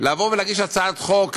לבוא ולהגיש הצעת חוק,